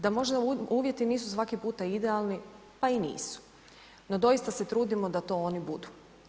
Da možda uvjeti nisu svaki puta idealni pa i nisu, no doista se trudimo da to oni budu.